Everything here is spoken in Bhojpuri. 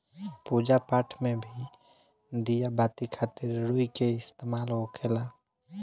पूजा पाठ मे भी दिया बाती खातिर रुई के इस्तेमाल होखेला